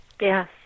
Yes